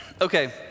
Okay